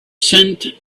scent